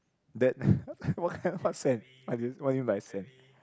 that what what sand what do what do you mean by sand